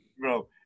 Bro